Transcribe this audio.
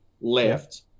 left